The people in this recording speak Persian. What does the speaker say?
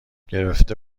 گرفته